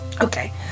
Okay